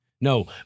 No